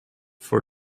for